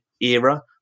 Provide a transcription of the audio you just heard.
era